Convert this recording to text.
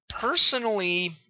personally